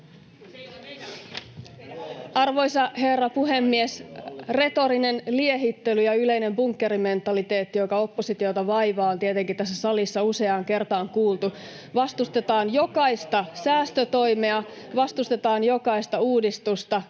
Arvoisa herra puhemies! Retorinen liehittely ja yleinen bunkkerimentaliteetti, joka oppositiota vaivaa, on tietenkin tässä salissa useaan kertaan kuultu: vastustetaan jokaista säästötoimea, vastustetaan jokaista uudistusta,